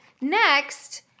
next